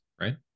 right